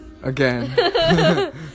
again